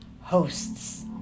hosts